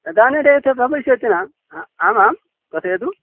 इति न अ आम् आं कथयतु